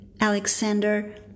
Alexander